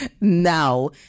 now